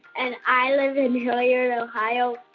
and i live in hilliard, ohio.